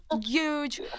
huge